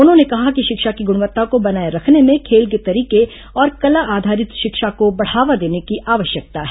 उन्होंने कहा कि शिक्षा की गुणवत्ता को बनाये रखने में खेल के तरीके और कला आधारित शिक्षा को बढ़ावा देने की आवश्यकता है